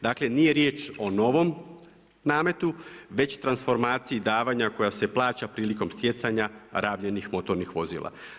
Dakle nije riječ o novom nametu već transformaciji davanja koja se plaća prilikom stjecanja rabljenih motornih vozila.